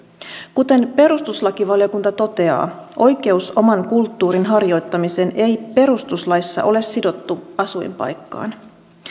kuten perustuslakivaliokunta toteaa oikeus oman kulttuurin harjoittamiseen ei perustuslaissa ole sidottu asuinpaikkaan